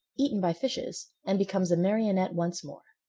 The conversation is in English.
eaten by fishes, and becomes a marionette once more.